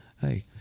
hey